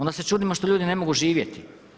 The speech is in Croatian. Onda se čudimo što ljudi ne mogu živjeti.